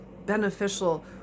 beneficial